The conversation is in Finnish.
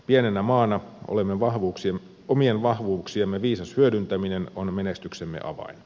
pienenä maana omien vahvuuksiemme viisas hyödyntäminen on menestyksemme avain